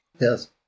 yes